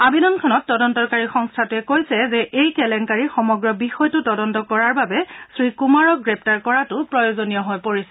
আবেদনখনত তদন্তকাৰী সংস্থাটোৰে কৈছে যে এই কেলেংকাৰী সমগ্ৰ বিষয়টো তদন্ত কৰাৰ বাবে শ্ৰীকুমাৰক গ্ৰেপ্তাৰ কৰাটো প্ৰয়োজনীয় হৈ পৰিছে